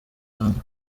camp